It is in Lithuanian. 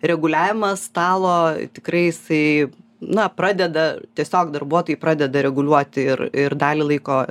reguliavimas stalo tikrai jisai na pradeda tiesiog darbuotojai pradeda reguliuoti ir ir dalį laiko